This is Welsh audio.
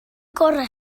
gorau